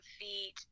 feet